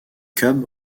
cubs